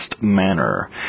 manner